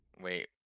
Wait